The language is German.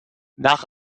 nach